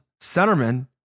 centerman